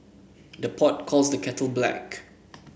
the pot calls the kettle black